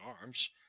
arms